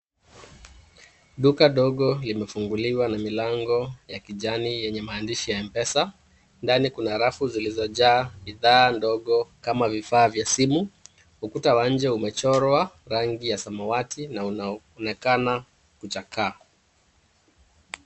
Duka dogo limefunguliwa na milango ya kijani yenye maandishi ya M-Pesa. Ndani kuna rafu zilizojaa bidhaa ndogo kama vifaa vya simu. Ukuta wa nje umechorwa rangi ya samawati na unaonekana kuchakaa.